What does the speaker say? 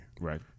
Right